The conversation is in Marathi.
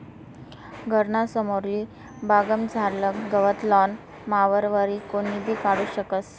घरना समोरली बागमझारलं गवत लॉन मॉवरवरी कोणीबी काढू शकस